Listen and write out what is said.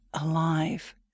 alive